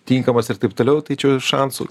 tinkamas ir taip toliau tai čia jau šansų